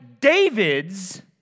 David's